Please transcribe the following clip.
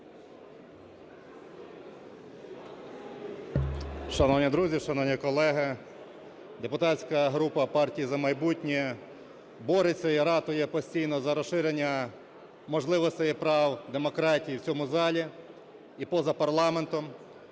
Шановні друзі! Шановні колеги! Депутатська група "Партія "За майбутнє" бореться і ратує постійно за розширення можливостей і прав демократії в цьому залі і поза парламентом.